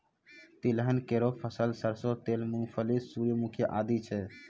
तिलहन केरो फसल सरसों तेल, मूंगफली, सूर्यमुखी आदि छै